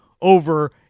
over